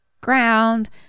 ground